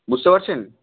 বুঝতে পারছেন